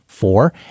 Four